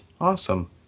Awesome